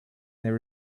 there